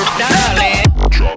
darling